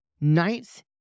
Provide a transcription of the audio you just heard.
ninth